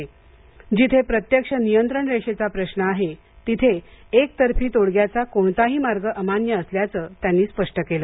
ताठी जिथे प्रत्यक्ष नियंत्रण रेषेचा प्रश्न आहे तिथे एकतर्फी तोडग्याचा कोणताही मार्ग अमान्य असल्याचं त्यांनी स्पष्ट केलं